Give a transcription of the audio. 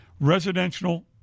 residential